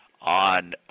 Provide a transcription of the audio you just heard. on